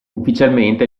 ufficialmente